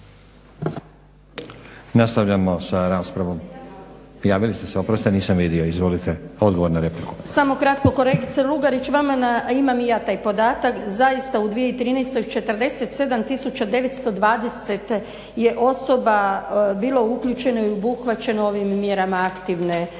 u 2013. 47920 je bilo uključeno i obuhvaćeno ovim mjerama aktivne politike